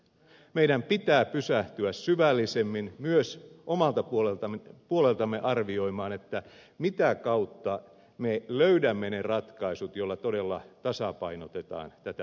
meidän pitää pysähtyä syvällisemmin myös omalta puoleltamme arvioimaan mitä kautta me löydämme ne ratkaisut joilla todella tasapainotetaan tätä tilannetta